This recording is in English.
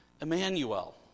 Emmanuel